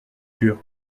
sure